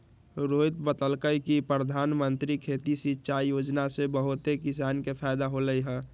रोहित बतलकई कि परधानमंत्री खेती सिंचाई योजना से बहुते किसान के फायदा होलई ह